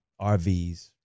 RVs